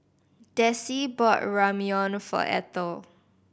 Desi bought Ramyeon for Ethel